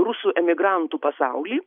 rusų emigrantų pasaulį